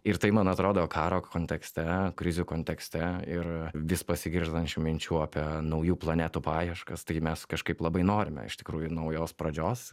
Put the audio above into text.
ir tai man atrodo karo kontekste krizių kontekste ir vis pasigirstančių minčių apie naujų planetų paieškas tai mes kažkaip labai norime iš tikrųjų naujos pradžios